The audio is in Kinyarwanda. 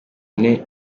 ane